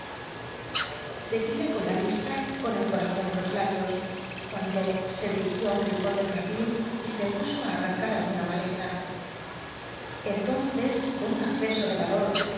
seguíla con la visla con el cotazon en los labios cuando se dirigió un rincon del jardín y se puso arranca alguna maleza entonces con un acceso de aloto